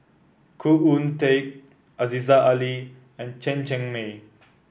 Khoo Oon Teik Aziza Ali and Chen Cheng Mei